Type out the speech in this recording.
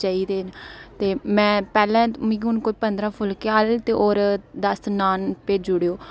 चाहिदे ते में पैह्लें मिकी हून कोई पंदरां फुल्के और दस नान भेजी ओड़ो